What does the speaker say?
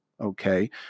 Okay